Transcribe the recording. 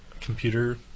computer